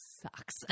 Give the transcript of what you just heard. sucks